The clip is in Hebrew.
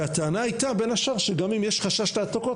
והטענה הייתה בין השאר שגם אם יש חשש העתקות,